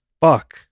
Fuck